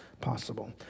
possible